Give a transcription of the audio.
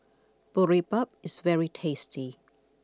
Boribap is very tasty